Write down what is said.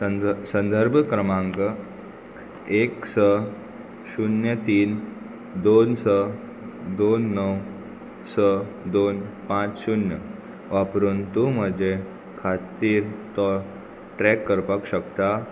संध संदर्भ क्रमांक एक स शुन्य तीन दोन स दोन णव स दोन पांच शुन्य वापरून तूं म्हजें खातीर तो ट्रॅक करपाक शकता